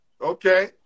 Okay